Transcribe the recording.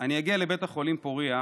אני אגיע לבית החולים פוריה.